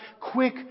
quick